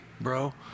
bro